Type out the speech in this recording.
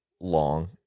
long